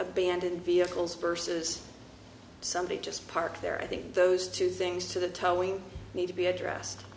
abandoned vehicles versus somebody just parked there i think those two things to tell we need to be addressed